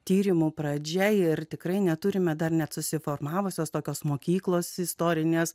tyrimo pradžia ir tikrai neturime dar net susiformavusios tokios mokyklos istorinės